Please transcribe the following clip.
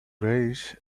raise